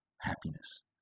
happiness